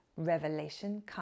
Revelationcomes